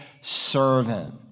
servant